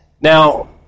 Now